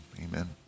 amen